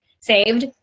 saved